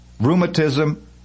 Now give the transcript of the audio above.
rheumatism